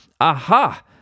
aha